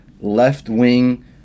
left-wing